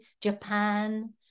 Japan